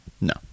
no